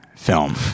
Film